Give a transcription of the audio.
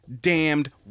damned